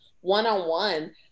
one-on-one